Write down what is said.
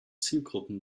zielgruppen